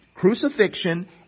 crucifixion